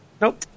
Nope